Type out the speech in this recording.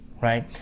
right